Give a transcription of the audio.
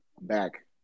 back